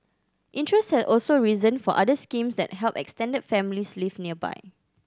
interest has also risen for other schemes that help extended families live nearby